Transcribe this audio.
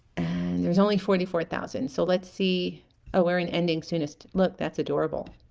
and there's only forty four thousand so let's see oh we're in ending soonest look that's adorable